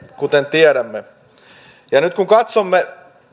kuten tiedämme nyt kun katsomme